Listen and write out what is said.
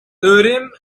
urim